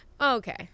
Okay